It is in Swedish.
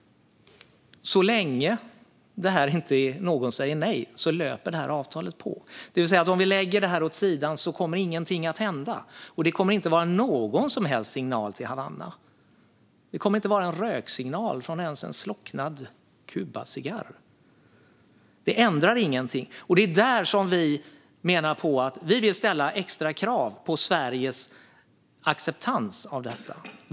Så länge någon inte säger nej löper detta avtal på, det vill säga att om vi lägger detta åt sidan kommer ingenting att hända. Det kommer inte att vara någon som helst signal till Havanna. Det kommer inte ens att vara en röksignal från en slocknad Kubacigarr. Det ändrar ingenting. Det är där som vi menar att vi vill ställa extra krav på Sveriges acceptans av detta.